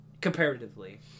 comparatively